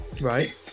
Right